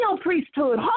priesthood